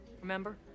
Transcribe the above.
Remember